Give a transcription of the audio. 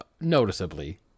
noticeably